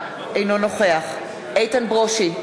אינו נוכח איתן ברושי,